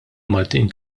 maltin